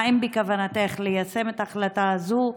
האם בכוונתך ליישם את ההחלטה הזו?